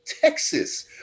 Texas